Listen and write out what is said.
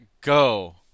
go